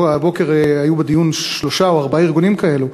הבוקר היו בדיון שלושה או ארבעה ארגונים כאלה.